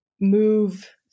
move